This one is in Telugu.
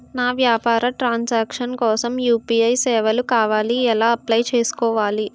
నా వ్యాపార ట్రన్ సాంక్షన్ కోసం యు.పి.ఐ సేవలు కావాలి ఎలా అప్లయ్ చేసుకోవాలి?